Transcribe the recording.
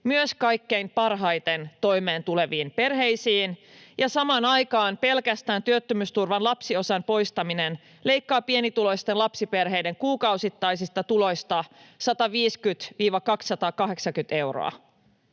myös kaikkein parhaiten toimeentuleviin perheisiin, ja samaan aikaan pelkästään työttömyysturvan lapsiosan poistaminen leikkaa pienituloisten lapsiperheiden kuukausittaisista tuloista 150—280 euroa.